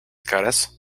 caras